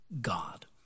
God